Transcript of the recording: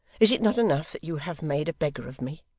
is it not enough that you have made a beggar of me,